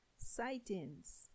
sightings